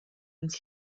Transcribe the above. uns